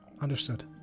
Understood